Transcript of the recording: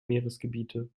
meeresgebiete